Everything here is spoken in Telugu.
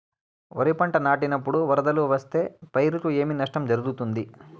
వరిపంట నాటినపుడు వరదలు వస్తే పైరుకు ఏమి నష్టం జరుగుతుంది?